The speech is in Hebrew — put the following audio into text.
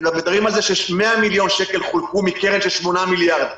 מדברים על זה שיש 100 מיליון שחולקו מקרן של 8 מיליארד.